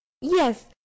Yes